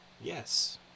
Yes